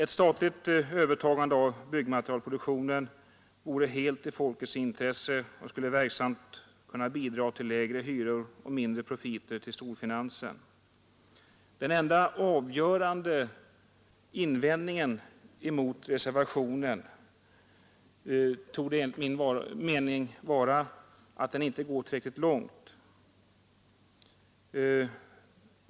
Ett statligt övertagande av byggmaterialproduktionen vore helt i folkets intresse och skulle verksamt kunna bidra till lägre hyror och mindre profiter till storfinansen. Den enda avgörande invändningen mot reservationen är enligt min mening att den inte går tillräckligt långt.